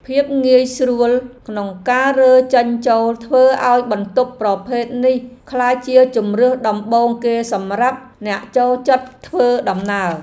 ភាពងាយស្រួលក្នុងការរើចេញចូលធ្វើឱ្យបន្ទប់ប្រភេទនេះក្លាយជាជម្រើសដំបូងគេសម្រាប់អ្នកចូលចិត្តធ្វើដំណើរ។